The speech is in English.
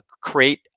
create